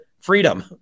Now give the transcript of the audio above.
Freedom